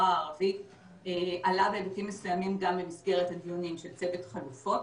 הערבי עלה בהיבטים מסוימים גם במסגרת הדיונים של צוות חלופות.